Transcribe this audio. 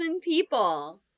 people